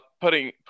putting